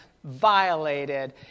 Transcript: violated